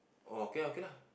oh okay okay lah